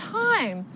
time